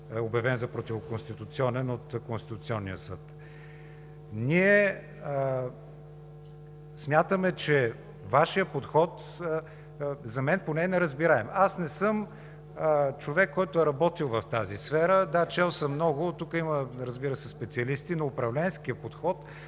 обявен за противоконституционен от Конституционния съд. Ние смятаме, че Вашият подход – поне за мен, е неразбираем. Аз не съм човек, който е работил в тази сфера. Да, чел съм много, тук има, разбира се, специалисти, но управленският подход